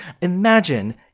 imagine